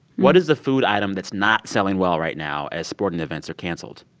what is the food item that's not selling well right now as sporting events are canceled?